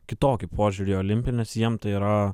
kitokį požiūrį į olimpinius jiems tai yra